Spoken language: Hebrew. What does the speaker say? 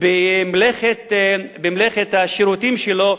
במלאכת השירותים שלו,